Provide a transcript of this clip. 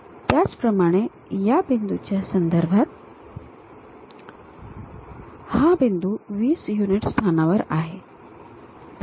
त्याचप्रमाणे त्या बिंदूच्या संदर्भात हा बिंदू 20 युनिट स्थानावर आहे